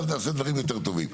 ואז נעשה דברים יותר טובים.